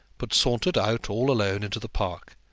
but sauntered out all alone into the park,